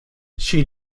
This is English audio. she